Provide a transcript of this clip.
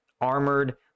armored